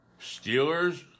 Steelers